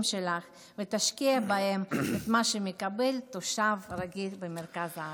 שלך ותשקיע בהם את מה שמקבל תושב רגיל במרכז הארץ.